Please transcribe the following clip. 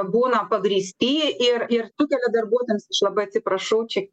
būna pagrįsti ir ir sukelia darbuotojams aš labai atsiprašau čia